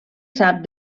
sap